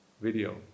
video